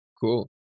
Cool